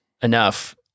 enough